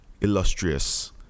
illustrious